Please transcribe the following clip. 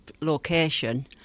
location